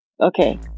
Okay